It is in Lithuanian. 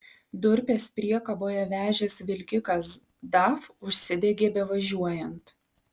durpes priekaboje vežęs vilkikas daf užsidegė bevažiuojant